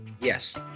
Yes